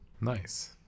Nice